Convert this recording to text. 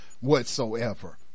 whatsoever